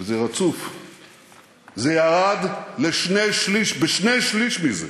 וזה רצוף, זה ירד בשני-שלישים מזה,